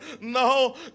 No